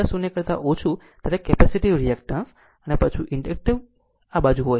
જ્યારે ω0 કરતા ઓછું હોય ત્યારે કેપેસિટીવ રિએક્ટેન્સ અને વધુ પછી ઇન્ડકટીવ બાજુ હોય છે